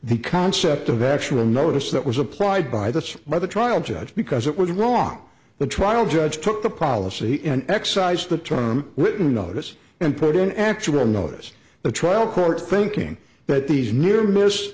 the concept of actual notice that was applied by the by the trial judge because it was wrong the trial judge took the policy and excise the term with an notice and put in actual notice the trial court thinking that these near miss